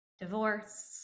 divorce